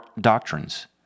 doctrines